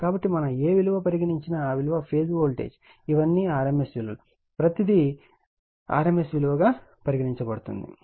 కాబట్టి మనం ఏ విలువ పరిగణించి నా ఆ విలువ ఫేజ్ వోల్టేజ్ ఇవన్నీ rms విలువలు ప్రతిదీ rms విలువ గా పరిగణించబడుతుంది